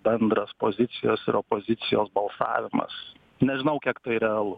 bendras pozicijos ir opozicijos balsavimas nežinau kiek tai realu